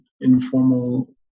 informal